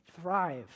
thrive